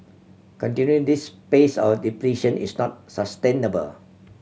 continuing this pace of depletion is not sustainable